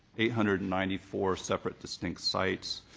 eight hundred and ninety four separate distinct sites,